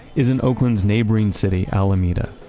is in oakland's neighboring city, alameda.